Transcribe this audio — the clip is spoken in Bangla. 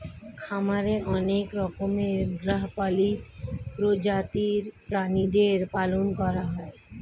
খামারে অনেক রকমের গৃহপালিত প্রজাতির প্রাণীদের পালন করা হয়